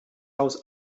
haus